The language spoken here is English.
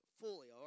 fully